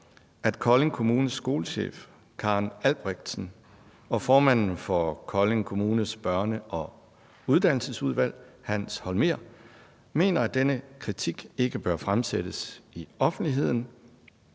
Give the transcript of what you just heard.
at Kolding Kommunes skolechef, Karen Albrechtsen, og formanden for Kolding Kommunes børne- og uddannelsesudvalg, Hans Holmer, mener, at denne kritik ikke bør fremsættes i offentligheden,